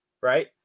right